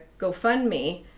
GoFundMe